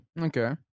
Okay